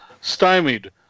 stymied